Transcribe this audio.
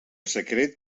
secret